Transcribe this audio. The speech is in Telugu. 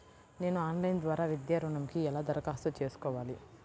నేను ఆన్లైన్ ద్వారా విద్యా ఋణంకి ఎలా దరఖాస్తు చేసుకోవాలి?